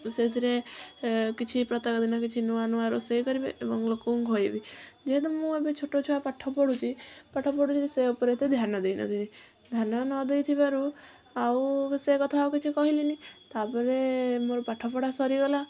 ସେଇଥିରେ କିଛି ପ୍ରତ୍ୟେକ ଦିନ କିଛି ନୂଆ ନୂଆ ରୋଷେଇ କରିବେ ଏବଂ ଲୋକଙ୍କୁ ଖୋଇବି ଯେହେତୁ ମୁଁ ଏବେ ଛୋଟ ଛୁଆ ପାଠ ପଢ଼ୁଛି ପାଠ ପଢ଼ୁଛି ସେ ଉପରେ ଏତେ ଧ୍ୟାନ ଦେଇ ନଥିଲି ଧ୍ୟାନ ନ ଦେଇଥିବାରୁ ଆଉ ସେ କଥା ଆଉ କିଛି କହିଲିନି ତାପରେ ମୋର ପାଠ ପଢ଼ା ସରିଗଲା